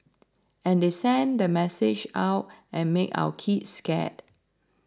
and they send the message out and make our kids scared